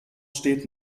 steht